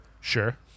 sure